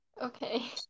Okay